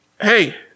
hey